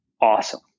awesome